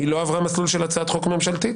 היא לא עברה מסלול של הצעת חוק ממשלתית.